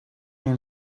and